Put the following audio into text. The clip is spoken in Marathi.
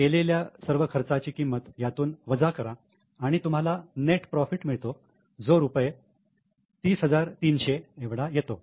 केलेल्या सर्व खर्चाची किंमत यातून वजा करा आणि तुम्हाला नेट प्रॉफिट मिळतो जो रुपये 30300 एवढा येतो